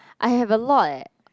I have a lot eh